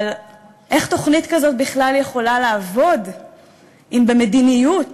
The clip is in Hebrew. אבל איך תוכנית כזו בכלל יכולה לעבוד אם במדיניות